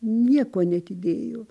nieko neatidėjo